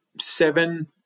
seven